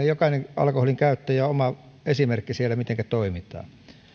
jokainen alkoholinkäyttäjä omana esimerkkinä siellä mitenkä toimitaan